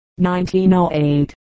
1908